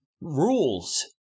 rules